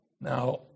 Now